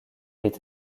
est